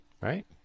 Right